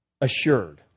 assured